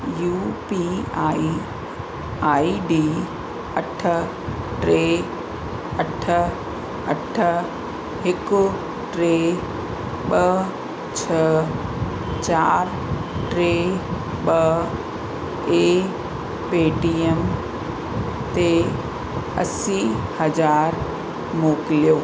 U P I I D अठ टे अठ अठ हिकु टे ॿ छह चारि टे ॿ ए पेटीएम ते असी हज़ार मोकिलियो